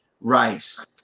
Rice